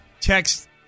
text